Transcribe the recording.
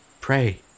pray